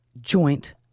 joint